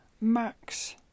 Max